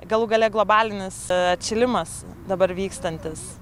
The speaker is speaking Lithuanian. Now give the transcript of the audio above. galų gale globalinis atšilimas dabar vykstantis